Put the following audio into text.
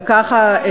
גם ככה,